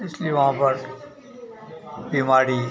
इसलिए वहाँ पर बीमारी